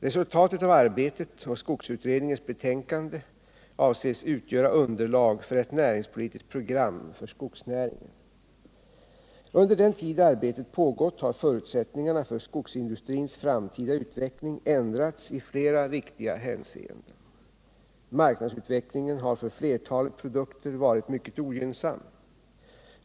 Resultatet av arbetet och skogsutredningens betänkande avses utgöra underlag för ett näringspolitiskt program för skogsnäringen. Under den tid arbetet pågått har förutsättningarna för skogsindustrins framtida utveckling ändrats i flera viktiga hänseenden. Marknadsutvecklingen har för flertalet produkter varit mycket ogynnsam.